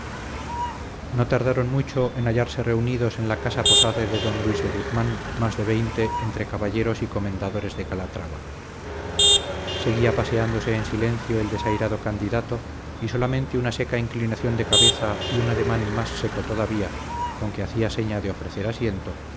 no tardaron mucho tiempo en hallarse reunidos en la casa posada de don luis de guzmán más de veinte entre caballeros y comendadores de calatrava seguía paseándose en silencio el desairado candidato y solamente una seca inclinación de cabeza y un ademán más seco todavía con que hacía seña de ofrecer asiento